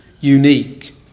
unique